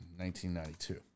1992